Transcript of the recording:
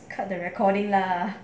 cut the recording lah